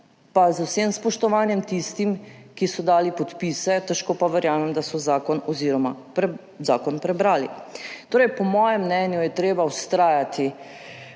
z vsem spoštovanjem tistim, ki so dali podpise, težko pa verjamem, da so zakon prebrali. Torej, po mojem mnenju je treba vztrajati